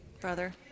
brother